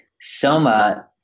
Soma